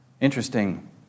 Interesting